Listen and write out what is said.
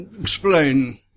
Explain